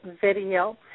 video